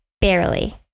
barely